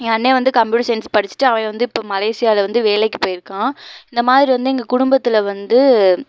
என் அண்ணன் வந்து computer science படிச்சிட்டு அவன் வந்து இப்போ மலேசியாவில வந்து வேலைக்கு போயிருக்கான் இந்தமாதிரி வந்து எங்கள் குடும்பத்தில் வந்து